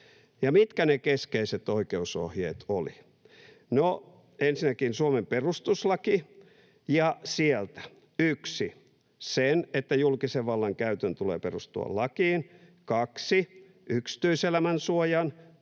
mitkä ne keskeiset oikeusohjeet olivat? No, ensinnäkin Suomen perustuslaki ja sieltä 1) se, että julkisen vallan käytön tulee perustua lakiin, 2) yksityiselämän suoja,